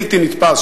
בלתי נתפס,